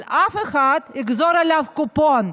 אבל אף אחד, יגזור עליו קופון.